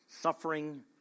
Suffering